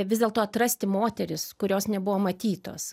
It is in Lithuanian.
vis dėlto atrasti moteris kurios nebuvo matytos